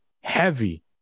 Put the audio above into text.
heavy